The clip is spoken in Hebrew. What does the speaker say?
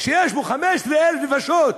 שיש בו 15,000 נפשות,